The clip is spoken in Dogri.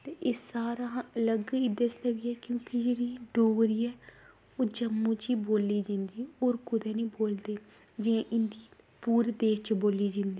एह् सारें कशा अलग क्योंकि एह् दस्सदे बी ऐ जेह्ड़ी डोगरी ऐ ओह् जम्मू च गै बोल्ली जंदी होर कुदै निं बोलदे ते जियां हिंदी पूरे देश च बोल्ली जंदी